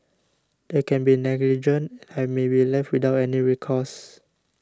they can be negligent and may be left without any recourse